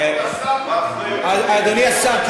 אדוני השר,